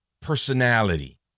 personality